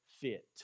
fit